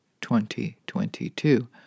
2022